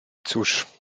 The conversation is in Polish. cóż